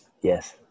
Yes